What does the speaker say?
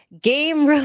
game